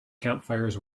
campfires